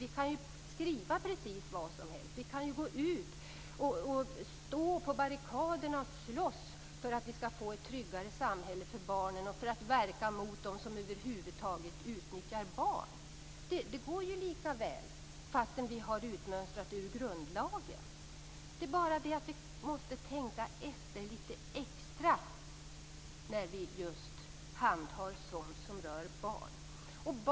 Vi kan ju skriva precis vad som helst. Vi kan ju gå ut på barrikaderna och slåss för att få ett tryggare samhälle för barnen och för att verka mot dem som över huvud taget utnyttjar barn. Det går ju lika bra fast vi har det utmönstrat ur grundlagen. Det är bara det att vi måste tänka efter litet extra just när vi handhar sådant som rör barn.